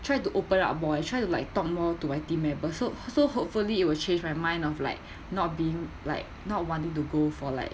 try to open up more I try to like talk more to my team mate but so hopefully it'll change my mind of like not being like not wanting to go for like